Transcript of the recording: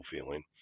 feeling